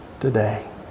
today